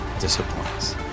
disappoints